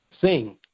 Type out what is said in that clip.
sing